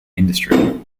industry